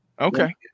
Okay